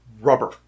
rubber